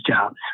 jobs